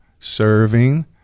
Serving